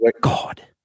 God